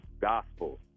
gospel